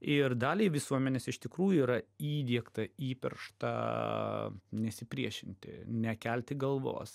ir daliai visuomenės iš tikrųjų yra įdiegta įpiršta nesipriešinti nekelti galvos